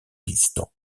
distant